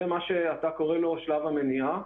זה מה שאתה קורא לו: "שלב המניעה".